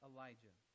Elijah